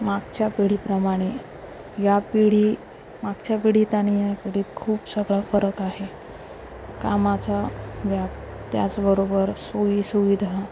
मागच्या पिढीप्रमाणे या पिढी मागच्या पिढीत आणि या पिढीत खूप सगळा फरक आहे कामाचा व्याप त्याचबरोबर सोयीसुविधा